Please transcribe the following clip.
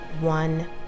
One